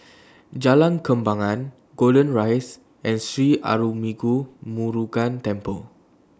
Jalan Kembangan Golden Rise and Sri Arulmigu Murugan Temple